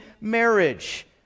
marriage